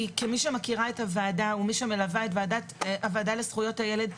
כמי שמכירה את הוועדה או מי שמלווה את הוועדה לזכויות הילד,